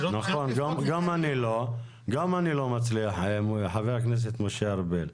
נכון, גם אני לא מצליח, חבר הכנסת משה ארבל.